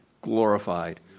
glorified